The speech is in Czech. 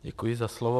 Děkuji za slovo.